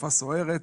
תקופה סוערת,